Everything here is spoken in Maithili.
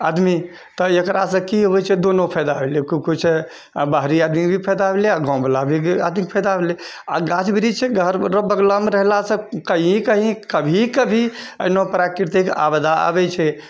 आदमी तऽ एकरासँ की होइ छै दुनू फायदा भेलै किछु बाहरी आदमी के भी फायदा भेलै आओर गाँववला आदमीके भी फायदा भेलै आओर गाछ वृक्ष छै घरके बगलऽमे रहलासँ कहीँ कहीँ कभी कभी एनौ प्राकृतिक आपदा आबै छै